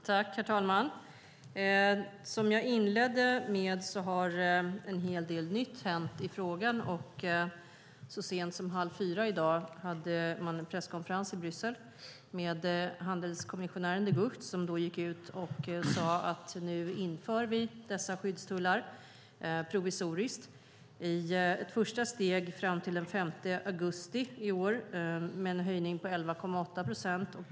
Herr talman! Som jag inledde med att säga har en hel del nytt hänt i frågan. Så sent som kl. 15.30 i dag hade man en presskonferens i Bryssel med handelskommissionären De Gucht, som gick ut och sade att man nu inför dessa skyddstullar provisoriskt i ett första steg fram till den 5 augusti i år med en höjning på 11,8 procent.